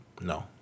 No